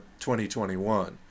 2021